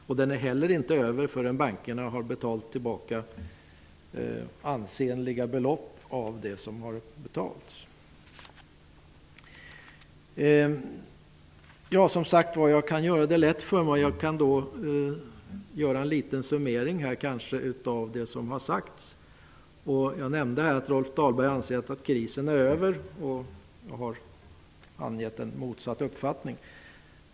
Krisen är heller inte över förrän bankerna har betalat tillbaka ansenliga belopp av det som har betalats ut. Jag kan, som sagt, göra det lätt för mig, t.ex. genom att göra en liten summering av det som har sagts här. Jag nämnde att Rolf Dahlberg anser att krisen är över. Jag har angett en motsatt uppfattning.